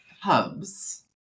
Hubs